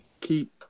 keep